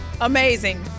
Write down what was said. Amazing